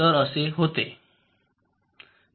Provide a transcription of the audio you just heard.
तर असे होते